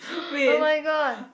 oh-my-god